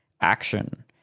action